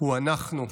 הוא אנחנו,